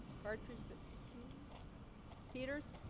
part three six cubes peters